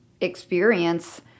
experience